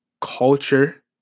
culture